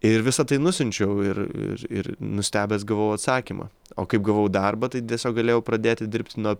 ir visa tai nusiunčiau ir ir ir nustebęs gavau atsakymą o kaip gavau darbą tai tiesiog galėjau pradėti dirbti nuo